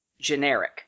Generic